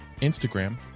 Instagram